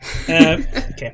Okay